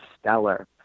stellar